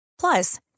Plus